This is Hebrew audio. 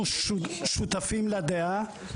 אנחנו שותפים לדעה,